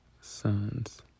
sons